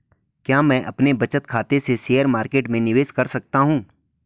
क्या मैं अपने बचत खाते से शेयर मार्केट में निवेश कर सकता हूँ?